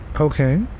Okay